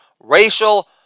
racial